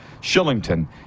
Shillington